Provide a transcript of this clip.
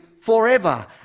forever